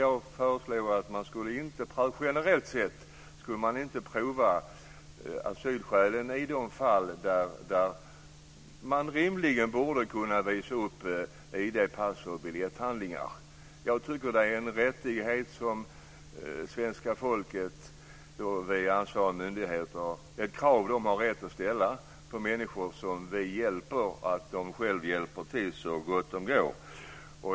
Jag föreslog att man generellt sett inte skulle pröva asylskälen i de fall då det rimligen borde gå att visa upp ID-handlingar, pass och biljetter. Jag tycker att det är ett krav som svenska folket via ansvariga myndigheter har rätt att ställa på de människor vi hjälper, dvs. att de själva hjälper till så gott det går.